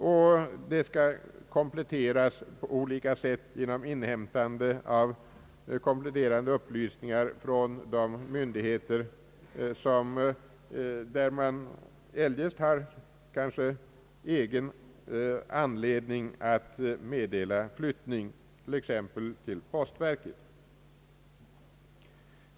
Dessa uppgifter skall sedan kompletteras på olika sätt genom inhämtande av kompletterande upplysningar från de myndigheter, dit folk eljest kanske har särskild anledning att meddela flyttning, t.ex. postverket.